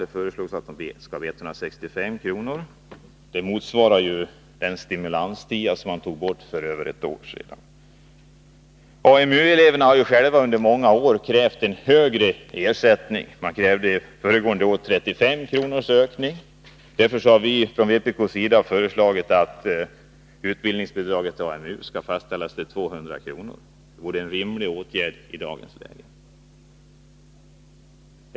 Det föreslås bli 165 kr. Höjningen motsvarar den stimulantia som togs bort för ett år sedan. AMU-eleverna har under flera år krävt en högre ersättning. Föregående år krävde de en höjning med 35 kr. Vpk har föreslagit att utbildningsbidraget till AMU skall fastställas till 200 kr. per dag. Det vore en rimlig åtgärd i dagens läge.